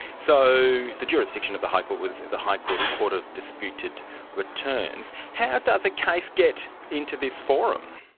so the jurisdiction of the high court was the high court's court of disputed returns. how does a case get into this forum?